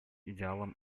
идеалам